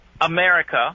America